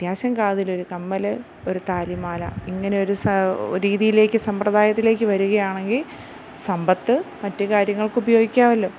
അത്യാവശ്യം കാതില് ഒര് കമ്മല് ഒര് താലിമാല ഇങ്ങനെയൊരു രീതിയിലേക്ക് സമ്പ്രദായത്തിലേക്ക് വരികയാണെങ്കിൽ സമ്പത്ത് മറ്റ് കാര്യങ്ങൾക്ക് ഉപയോഗിക്കാവല്ലോ